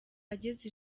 ageza